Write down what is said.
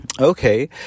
okay